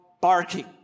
barking